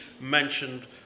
mentioned